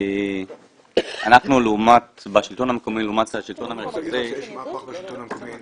אנחנו בשולחן מקומי לעומת השלטון המרכזי --- יש מהפך בשלטון המקומי.